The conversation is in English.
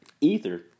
Ether